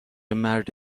مرد